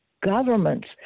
governments